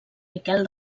miquel